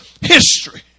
history